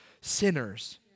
sinners